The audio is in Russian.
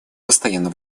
постоянно